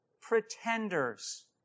pretenders